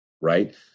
Right